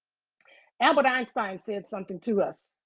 albert einstein said something to us.